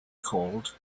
called